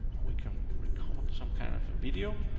we can record some kind of a video.